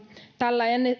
tällä